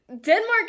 Denmark